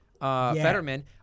Fetterman